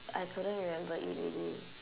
I couldn't remember it already